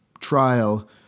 trial